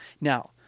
Now